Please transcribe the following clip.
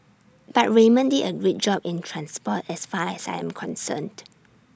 but Raymond did A great job in transport as far as I am concerned